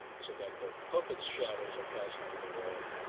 so that their puppets shadows are cast onto the wall,